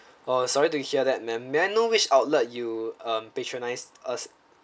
oh sorry to hear that ma'am may I know which outlet you um patronise us